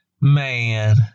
man